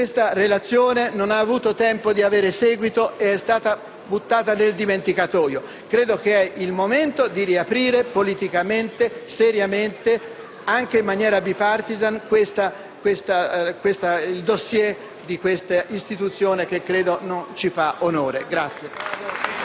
Mistura, che non ha avuto tempo di avere seguito ed è stata buttata nel dimenticatoio. Credo sia il momento di riaprire politicamente, seriamente e anche in maniera *bipartisan,* il *dossier* di questa istituzione, perché credo che tale